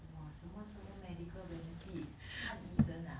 !wah! 什么什么 medical benefits 看医生 ah